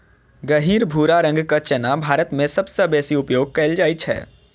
गहींर भूरा रंगक चना भारत मे सबसं बेसी उपयोग कैल जाइ छै